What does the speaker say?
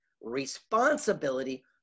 responsibility